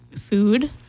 food